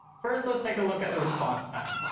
first let's take a look at the response time.